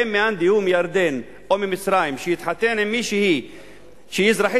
האם מאן דהוא מירדן או ממצרים שהתחתן עם מישהי שהיא אזרחית